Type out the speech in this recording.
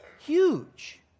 Huge